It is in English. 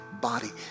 body